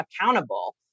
accountable